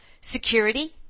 Security